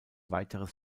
weiteres